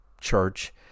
Church